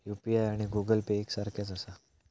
UPI आणि Google Pay एक सारख्याच आसा?